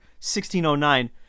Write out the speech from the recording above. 1609